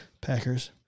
Packers